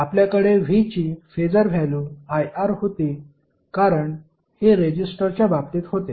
आपल्याकडे V ची phasor value IR होती कारण हे रेजिस्टरच्या बाबतीत होते